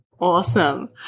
Awesome